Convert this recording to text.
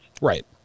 right